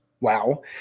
wow